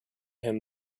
him